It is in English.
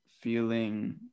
feeling